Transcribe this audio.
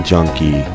Junkie